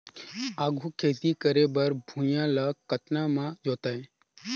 आघु खेती करे बर भुइयां ल कतना म जोतेयं?